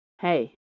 Hey